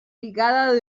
picada